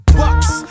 bucks